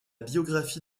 biographie